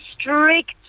strict